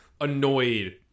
annoyed